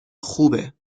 خوبه